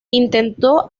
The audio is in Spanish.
intentó